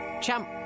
Champ